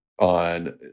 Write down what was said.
on